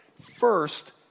first